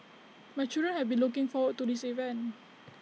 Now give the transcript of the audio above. my children have been looking forward to this event